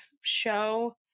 show